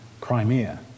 Crimea